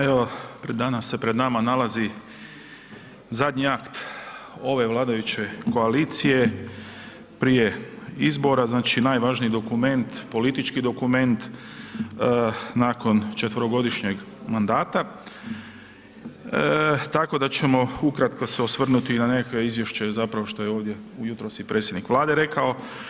Evo, danas se pred nama nalazi zadnji akt ove vladajuće koalicije prije izbora, znači najvažniji dokument politički dokument, nakon 4-godišnjem mandata tako da ćemo ukratko se osvrnuti na nekakvo izvješće zapravo što je ovdje jutros i predsjednik Vlade rekao.